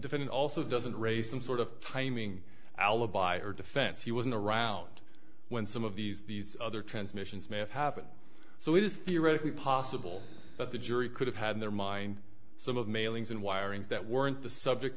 defend also doesn't raise some sort of timing alibi or defense he wasn't around when some of these these other transmissions may have happened so it is theoretically possible but the jury could have had their mind some of mailings and wirings that weren't the subject